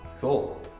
Cool